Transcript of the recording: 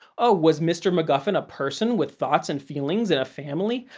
oh, was mr. macguffin a person with thoughts and feelings and a family?